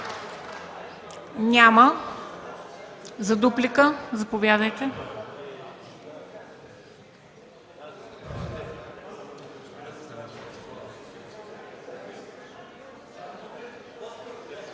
Няма. За дуплика – заповядайте,